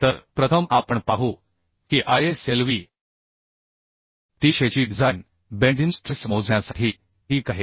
तर प्रथम आपण पाहू की ISLV 300 ची डिझाइन बेन्डिन स्ट्रेस मोजण्यासाठी ठीक आहे